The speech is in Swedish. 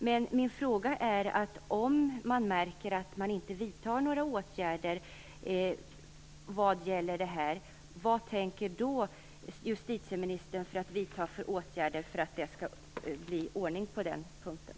Men min fråga är: Om man märker att det inte vidtas några åtgärder, vad tänker justitieministern då göra för att det skall bli ordning på den punkten?